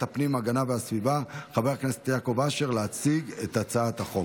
העבודה והרווחה להכנתה לקריאה השנייה והשלישית.